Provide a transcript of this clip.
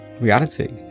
reality